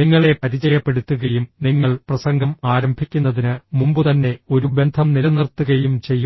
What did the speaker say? നിങ്ങളെ പരിചയപ്പെടുത്തുകയും നിങ്ങൾ പ്രസംഗം ആരംഭിക്കുന്നതിന് മുമ്പുതന്നെ ഒരു ബന്ധം നിലനിർത്തുകയും ചെയ്യും